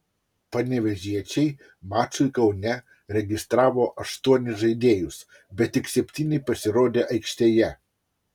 panevėžiečiai mačui kaune registravo aštuonis žaidėjus bet tik septyni pasirodė aikštėje